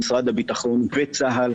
עם משרד הביטחון וצה"ל,